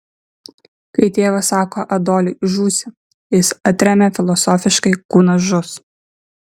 kai tėvas sako adoliui žūsi jis atremia filosofiškai kūnas žus